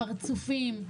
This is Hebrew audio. הפרצופים,